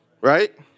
right